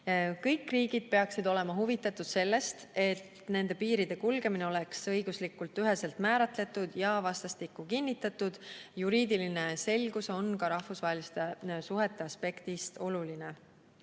Kõik riigid peaksid olema huvitatud sellest, et nende piiride kulgemine oleks õiguslikult üheselt määratletud ja vastastikku kinnitatud. Juriidiline selgus on ka rahvusvaheliste suhete aspektist oluline.